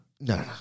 No